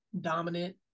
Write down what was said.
dominant